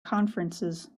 conferences